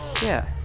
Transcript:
yeah.